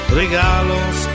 regalos